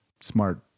smart